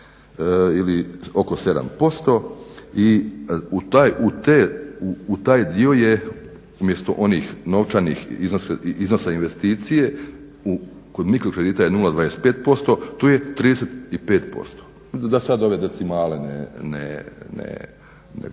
ili oko 7% i u taj dio je umjesto onih novčanih iznosa investicije kod mikro kredita je 0,25%, tu je 35% da sad ove decimale ne govorim.